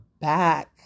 back